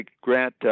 Grant